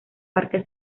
parque